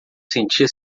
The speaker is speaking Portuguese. sentia